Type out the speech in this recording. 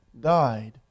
died